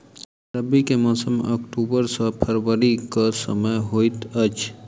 रबीक मौसम अक्टूबर सँ फरबरी क समय होइत अछि